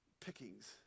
pickings